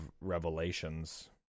revelations